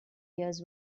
years